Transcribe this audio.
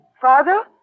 Father